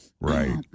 Right